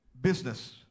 business